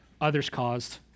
others-caused